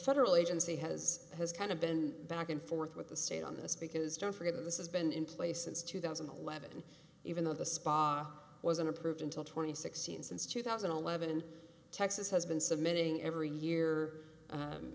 federal agency has has kind of been back and forth with the state on this because don't forget this has been in place since two thousand and eleven even though the spa wasn't approved until two thousand and sixteen since two thousand and eleven texas has been submitting every year